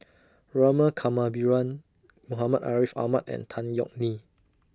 Rama Kannabiran Muhammad Ariff Ahmad and Tan Yeok Nee